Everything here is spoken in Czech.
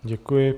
Děkuji.